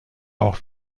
auch